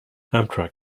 amtrak